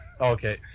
Okay